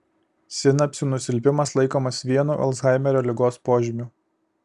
sinapsių nusilpimas laikomas vienu alzhaimerio ligos požymių